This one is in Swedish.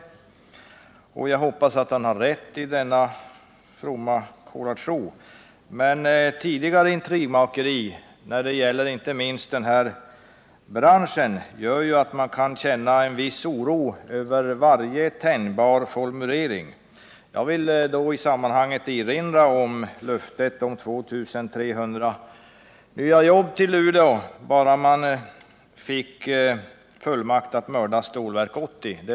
Jag hoppas att han har rätt i denna fromma kolartro. Tidigare intrigmakeri, inte minst när det gäller den här branschen, gör att man kan känna en viss oro över varje tänjbar formulering. Jag vill i sammanhanget erinra om löftet om 2 300 nya jobb till Luleå bara man fick fullmakt att mörda Stålverk 80.